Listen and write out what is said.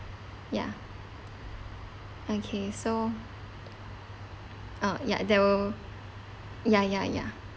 ya okay so uh ya that'll ya ya ya